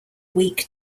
weak